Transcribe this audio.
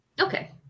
Okay